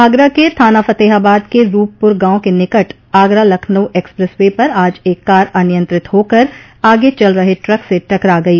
आगरा के थाना फतेहाबाद के रूपपूर गांव के निकट आगरा लखनऊ एक्सप्रेस वे पर आज एक कार अनियंत्रित होकर आगे चल रहे ट्रक से टकरा गई